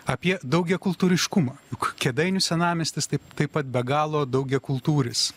apie daugiakultūriškumą juk kėdainių senamiestis taip taip pat be galo daugiakultūris